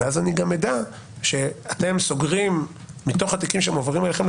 ואז אני גם אדע שמתוך התיקים שמועברים אליכם,